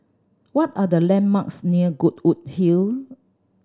what are the landmarks near Goodwood Hill